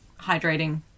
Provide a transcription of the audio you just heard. hydrating